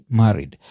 married